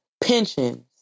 Pensions